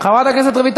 חבר הכנסת אכרם